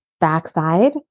Backside